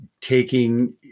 taking